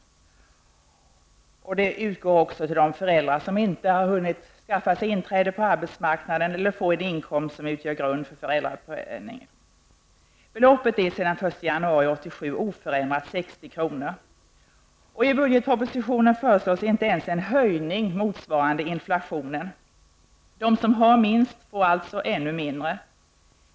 Garantibeloppet utgår också till de föräldrar som inte hunnit skaffa sig inträde på arbetsmarknaden eller få en inkomst som utgör grund för föräldrapenning. Beloppet är sedan den 1 januari 1987 oförändrat, dvs. 60 kr. I budgetpropositionen föreslås inte ens en höjning motsvarande inflationen. De som har minst får alltså ännu mindre.